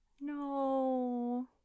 No